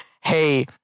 hey